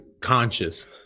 conscious